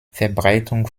verbreitung